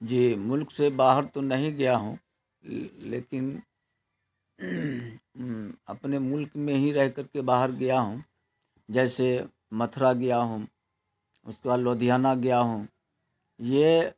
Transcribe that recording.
جی ملک سے باہر تو نہیں گیا ہوں لیکن اپنے ملک میں ہی رہ کر کے باہر گیا ہوں جیسے متھرا گیا ہوں اس کے بعد لدھیانہ گیا ہوں یہ